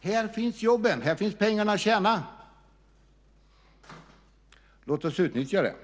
Här finns jobben. Här finns pengarna att tjäna. Låt oss utnyttja det.